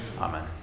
amen